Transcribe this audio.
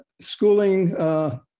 schooling